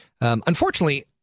Unfortunately